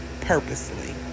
purposely